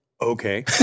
Okay